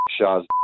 shaws